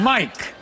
Mike